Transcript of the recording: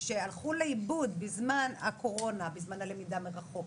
שהלכו לאיבוד בזמן הקורונה בזמן הלמידה מרחוק,